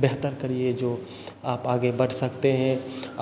बेहतर करिए जो आप आगे बढ़ सकते हैं